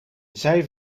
zij